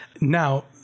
Now